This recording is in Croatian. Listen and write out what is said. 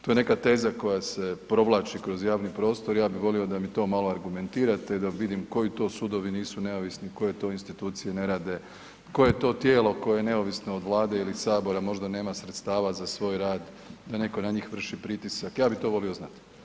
To je neka teza koja se provlači kroz javni prostor, ja bih volio da mi to malo argumentirate da vidim koji to sudovi nisu neovisni, koje to institucije ne rade, koje to tijelo koje je neovisno od Vlade ili Sabora možda nema sredstava za svoj rad, da netko na njih vrši pritisak, ja bih to volio znati.